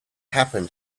happen